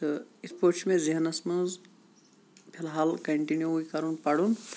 تہٕ اِتھ پٲٹھۍ چھُ مےٚ ذٮ۪ہنَس منٛز فی الحال کنٹِنِو یہِ کَرُن پَرُن